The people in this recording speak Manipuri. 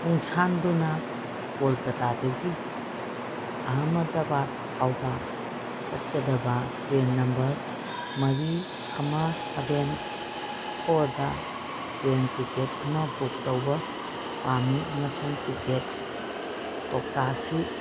ꯈꯣꯡꯁꯥꯟꯗꯨꯅ ꯀꯣꯜꯀꯥꯇꯥꯗꯒꯤ ꯑꯍꯥꯃꯦꯗꯕꯥꯗ ꯐꯥꯎꯕ ꯆꯠꯀꯗꯕ ꯇ꯭ꯔꯦꯟ ꯅꯝꯕꯔ ꯃꯔꯤ ꯑꯃ ꯁꯕꯦꯟ ꯐꯣꯔꯗ ꯇ꯭ꯔꯦꯟ ꯇꯤꯀꯦꯠ ꯑꯃ ꯕꯨꯛ ꯇꯧꯕ ꯄꯥꯝꯃꯤ ꯑꯃꯁꯨꯡ ꯇꯤꯀꯦꯠ ꯀꯧꯇꯥꯁꯤ